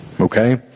okay